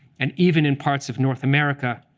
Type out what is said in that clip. and even in parts of north america,